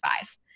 five